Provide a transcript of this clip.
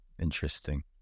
Interesting